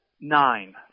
nine